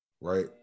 right